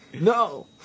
No